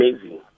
amazing